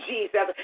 Jesus